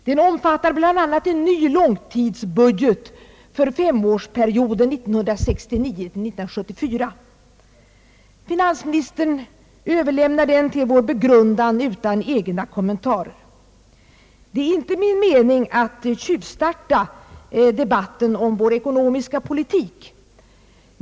Den omfattar bland annat en ny långtidsbudget för femårsperioden 1969—1974. Finansministern överlämnar den till vår begrundan utan egna kommentarer. Det är inte min mening att tjuvstarta debatten om vår ekonomiska politik.